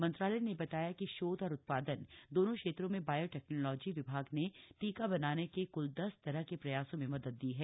मंत्रालय ने बताया कि शोध और उत्पादन दोनों क्षेत्रों में बायोटेक्नोलॉजी विभाग ने टीका बनाने के क्ल दस तरह के प्रयासों में मदद दी है